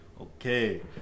okay